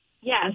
yes